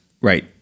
Right